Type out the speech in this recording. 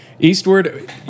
Eastward